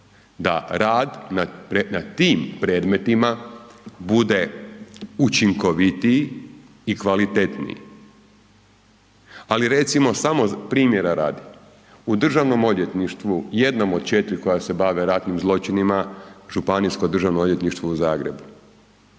da rad na tim predmetima bude učinkovitiji i kvalitetniji ali recimo samo primjera radi, u Državnom odvjetništvu, jednom od 4 koja se bave ratnim zločinima, Županijsko državno odvjetništvo u Zagrebu,